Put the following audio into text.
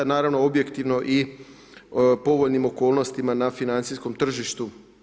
Naravno objektivno i povoljnim okolnostima na financijskom tržištu.